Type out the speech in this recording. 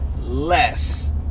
less